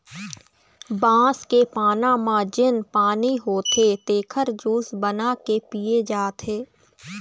बांस के पाना म जेन पानी होथे तेखर जूस बना के पिए जाथे